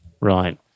Right